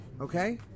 Okay